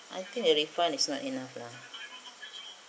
I think a refund is not enough lah